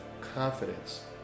confidence